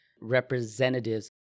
representatives